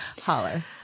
holler